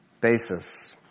basis